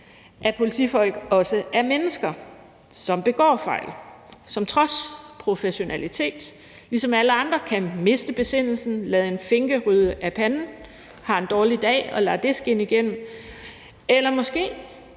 at politifolk også er mennesker, som begår fejl, og som trods professionalitet ligesom alle andre kan miste besindelsen, lade en finke ryge af panden, have en dårlig dag og lade det skinne igennem eller måske